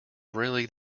really